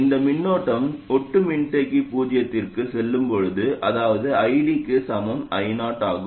இந்த மின்னோட்டம் ஒட்டு மின்தேக்கி பூஜ்ஜியத்திற்கு செல்லும் போது அதாவது ID க்கு சமம் I0 ஆகும்